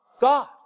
God